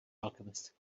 alchemist